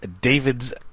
David's